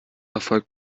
erfolgt